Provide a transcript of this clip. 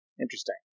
Interesting